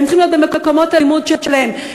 הם צריכים להיות במקומות הלימוד שלהם?